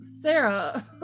Sarah